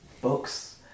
books